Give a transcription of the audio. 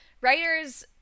writers